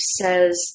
says